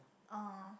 oh